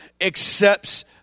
accepts